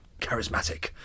Charismatic